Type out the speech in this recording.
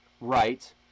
right